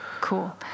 Cool